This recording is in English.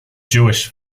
jewish